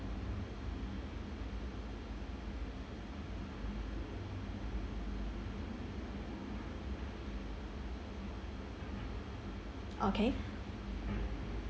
okay